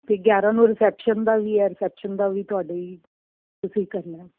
ਤੇ ਗਿਆਰਾਂ ਨੂੰ ਰਿਸੈਪਸ਼ਨ ਦਾ ਵੀ ਰਿਸੈਪਸ਼ਨ ਦਾ ਵੀ ਤੁਹਾਡੀ ਤੁਸੀਂ ਕਰਨਾ